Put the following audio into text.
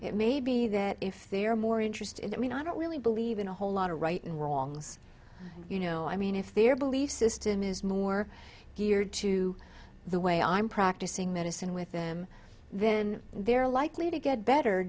it may be that if they're more interested in that mean i don't really believe in a whole lot of right and wrongs you know i mean if their belief system is more geared to the way i'm practicing medicine with them then they're likely to get better